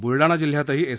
बुलडाणा जिल्ह्यातही एस